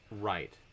right